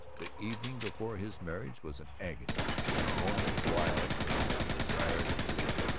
the evening before his marriage was an agony, and the morning wild with the desire to flee.